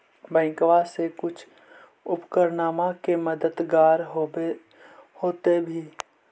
बैंकबा से कुछ उपकरणमा के मददगार होब होतै भी?